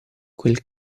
quel